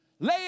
lay